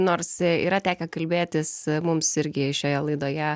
nors yra tekę kalbėtis mums irgi šioje laidoje